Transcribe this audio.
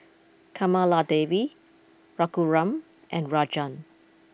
Kamaladevi Raghuram and Rajan